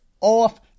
off